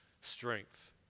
strength